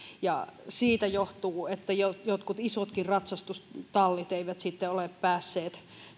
siitä johtuu että jotkut isotkaan ratsastustallit eivät sitten ole päässeet